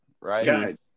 right